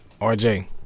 RJ